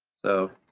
so,